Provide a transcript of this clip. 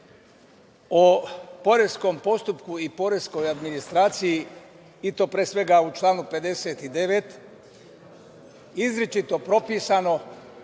o poreskom postupku i poreskoj administraciji, pre svega u članu 59. izričito propisano